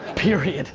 period